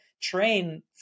train